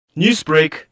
Newsbreak